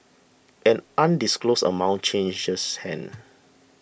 an undisclosed amount changes hands